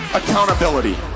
accountability